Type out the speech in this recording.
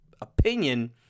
opinion